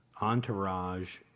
entourage